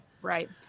Right